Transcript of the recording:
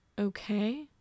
Okay